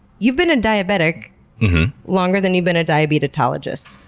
you've been a diabetic longer than you've been a diabetologist.